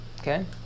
Okay